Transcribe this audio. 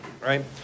right